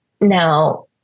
now